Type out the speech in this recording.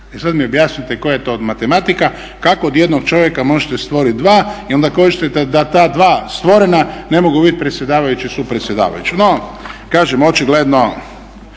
E sada mi objasnite koja je to matematika. Kako od jednog čovjeka možete stvoriti dva. I onda ako hoćete da ta dva stvorena ne mogu biti predsjedavajući i supredsjedavajući. No, kažem, očigledno